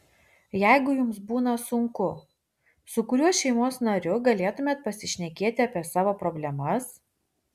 jeigu jums būna sunku su kuriuo šeimos nariu galėtumėte pasišnekėti apie savo problemas